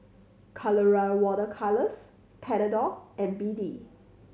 Colora Water Colours Panadol and B D